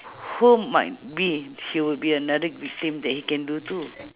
who might be he will be another victim that he can do to